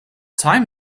time